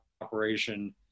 operation